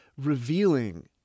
revealing